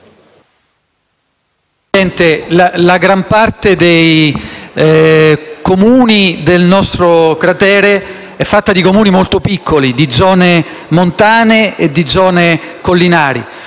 Presidente, la gran parte dei Comuni del nostro cratere è fatta di Comuni molto piccoli, di zone montane e di zone collinari.